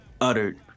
uttered